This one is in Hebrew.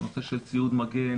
נושא של ציוד מגן,